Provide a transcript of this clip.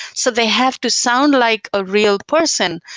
so they have to sound like a real person,